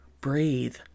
breathe